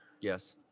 Yes